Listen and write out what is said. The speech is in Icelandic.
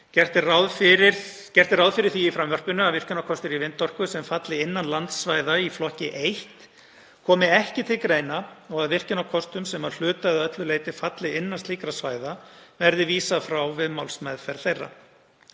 Gert er ráð fyrir því að virkjunarkostir í vindorku sem falli innan landsvæða í flokki 1 komi ekki til greina og að virkjunarkostum sem að hluta eða öllu leyti falli innan slíkra svæða verði vísað frá við málsmeðferð þeirra.